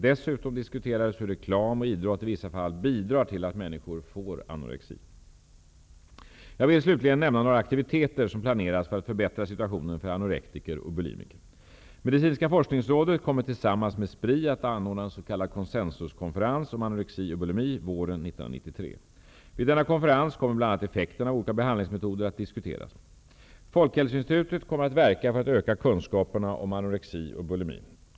Dessutom diskuterades hur reklam och idrott i vissa fall bidrar till att människor får anorexi. Jag vill slutligen nämna några aktiviteter som planeras för att förbättra situationen för anorketiker och bulimiker. Medicinska forskningsrådet kommer tillsammans med SPRI att anordna en s.k. konsensuskonferens om anorexi och bulimi våren 1993. Vid denna konferens kommer bl.a. effekterna av olika behandlingsmetoder att diskuteras. Folkhälsoinstitutet kommer att verka för att öka kunskaperna om anorexi och bulimi.